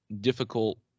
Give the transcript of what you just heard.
difficult